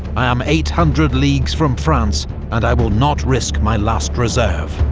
i am eight hundred leagues from france and i will not risk my last reserve.